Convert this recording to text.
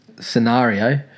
scenario